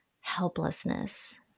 helplessness